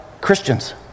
Christians